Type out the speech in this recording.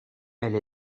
elle